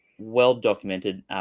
Well-documented